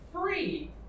free